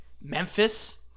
Memphis